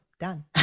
done